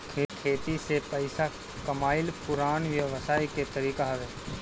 खेती से पइसा कमाइल पुरान व्यवसाय के तरीका हवे